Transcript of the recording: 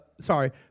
sorry